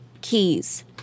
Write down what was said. keys